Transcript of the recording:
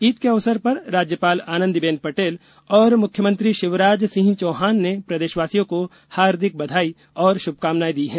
ईद के अवसर पर राज्यपाल आनंदीबेन पटेल और मुख्यमंत्री शिवराज सिंह चौहान ने प्रदेशवासियों को हार्दिक बधाई और शुभकामनाएं दी हैं